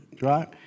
Right